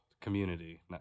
Community